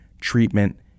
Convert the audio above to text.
treatment